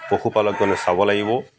পশুপালকজনে চাব লাগিব